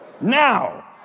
Now